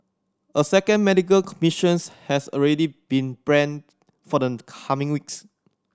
a second medical mission has already been planned for the coming weeks